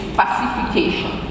pacification